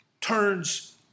turns